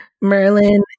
Merlin